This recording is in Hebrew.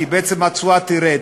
כי בעצם התשואה תרד.